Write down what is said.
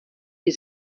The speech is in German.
die